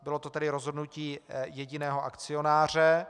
Bylo to tedy rozhodnutí jediného akcionáře.